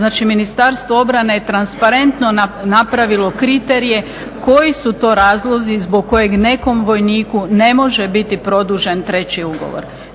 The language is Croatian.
znači Ministarstvo obrane je transparentno napravilo kriterije koji su to razlozi zbog kojeg nekom vojniku ne može biti produžen treći ugovor.